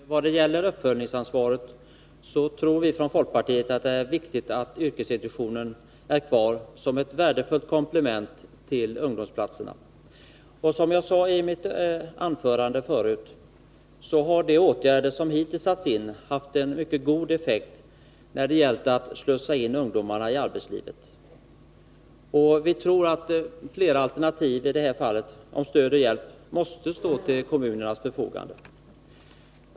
Fru talman! Vad gäller uppföljningsansvaret tror vi från folkpartiet att det är viktigt att yrkesintroduktionen är kvar som ett värdefullt komplement till ungdomsplatserna. Som jag sade i mitt förra anförande, har de åtgärder som hittills satts in haft en mycket god effekt när det gällt att slussa in ungdomarna i arbetslivet. Vi tror att flera alternativ för stöd och hjälp måste stå till kommunernas förfogande.